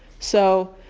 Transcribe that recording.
so,